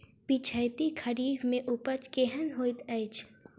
पिछैती खरीफ मे उपज केहन होइत अछि?